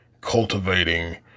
cultivating